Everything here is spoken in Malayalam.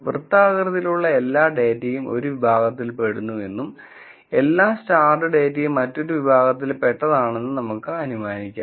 വൃത്താകൃതിയിലുള്ള എല്ലാ ഡാറ്റയും ഒരു വിഭാഗത്തിൽ പെടുന്നുവെന്നും എല്ലാ സ്റ്റാർഡ് ഡാറ്റയും മറ്റൊരു വിഭാഗത്തിൽ പെട്ടതാണെന്നും നമുക്ക് അനുമാനിക്കാം